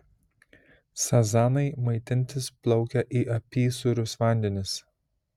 sazanai maitintis plaukia į apysūrius vandenis